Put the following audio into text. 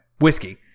whiskey